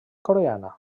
coreana